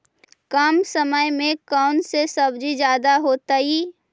कम समय में कौन से सब्जी ज्यादा होतेई?